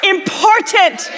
Important